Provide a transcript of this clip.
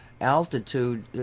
altitude